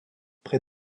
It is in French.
près